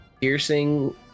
piercing